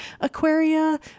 aquaria